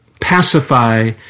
pacify